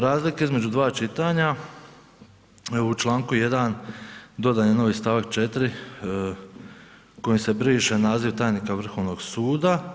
Razlika između dva čitanja, u članku 1. dodan je novi stavak 4. koji se briše naziv tajnika Vrhovnog suda.